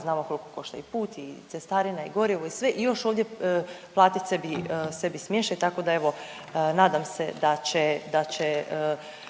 Znamo koliko košta i put i cestarina i gorivo i sve i još ovdje platit sebi, sebi smještaj tako da evo nadam se da će, da će